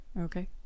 Okay